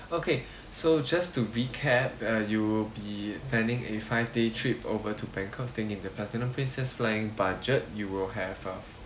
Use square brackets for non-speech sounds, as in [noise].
okay [breath] so just to recap uh you'll be planning a five day trip over to bangkok staying in the pratunam princess flying budget you will have uh